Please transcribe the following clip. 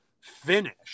finish